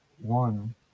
one